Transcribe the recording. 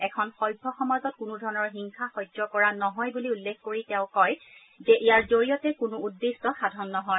এখন সভ্য সমাজত কোনো ধৰণৰ হিংসা সহ্য কৰা নহয় বুলি উল্লেখ কৰি তেওঁ কয় যে ইয়াৰ জৰিয়তে কোনো উদ্দেশ্য সাধন নহয়